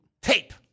Tape